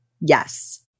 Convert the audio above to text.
Yes